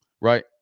right